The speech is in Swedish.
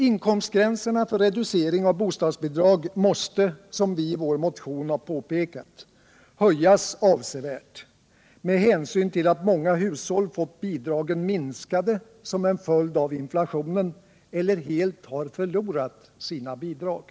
Inkomstgränserna för reducering av bostadsbidrag måste som vi i vår — Ökat stöd till motion påpekat höjas avsevärt med hänsyn till att många hushåll fått — barnfamiljerna, bidragen minskade till följd av inflationen eller helt förlorat sina bidrag.